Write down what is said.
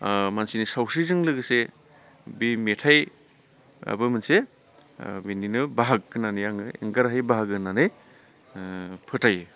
मानसिनि सावस्रिजों लोगोसे बे मेथाइआबो मोनसे बेनिनो बाहागो होननानै आङो एंगारहायै बाहागो होननानै फोथायो